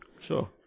Sure